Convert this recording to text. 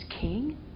King